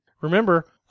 Remember